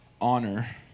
honor